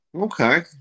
Okay